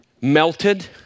melted